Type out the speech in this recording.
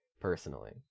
personally